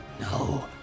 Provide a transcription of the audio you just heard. No